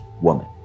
woman